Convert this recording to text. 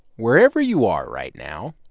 wherever you are right now.